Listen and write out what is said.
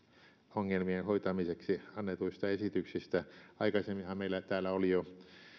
ongelmien hoitamiseksi annetuista esityksistä aikaisemminhan meillä täällä oli jo